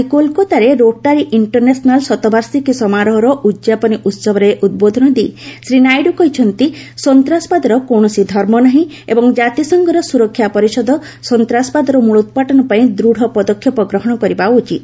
ଆଜି କୋଲକାତାରେ ରୋଟାରୀ ଇଷ୍ଟରନ୍ୟାସନାଲର ଶତବାର୍ଷିକୀ ସମାରୋହର ଉଦ୍ଯାପନୀ ଉହବରେ ଉଦ୍ବୋଧନ ଦେଇ ଶ୍ରୀ ନାଇଡୁ କହିଛନ୍ତି ସନ୍ତାସବାଦର କୌଣସି ଧର୍ମ ନାହିଁ ଏବଂ ଜାତିସଂଘର ସ୍ରରକ୍ଷା ପରିଷଦ ସନ୍ତ୍ରାସବାଦର ମୂଳୋତ୍ପାଟନ ପାଇଁ ଦୂତ ପଦକ୍ଷେପ ଗ୍ରହଣ କରିବା ଉଚିତ